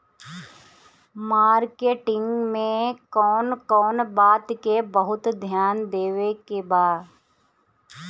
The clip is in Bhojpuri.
मार्केटिंग मे कौन कौन बात के बहुत ध्यान देवे के बा?